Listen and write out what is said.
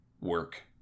work